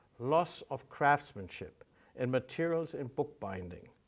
loss of craftsmanship and materials in book binding,